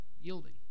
yielding